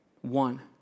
One